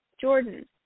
jordan